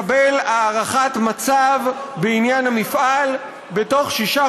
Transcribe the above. לקבל הערכת מצב בעניין המפעל בתוך שישה